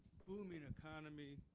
booming economy,